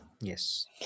Yes